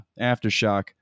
aftershock